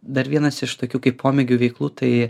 dar vienas iš tokių kaip pomėgių veiklų tai